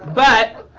but